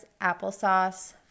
applesauce